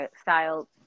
style